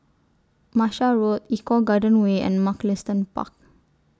Martia Road Eco Garden Way and Mugliston Park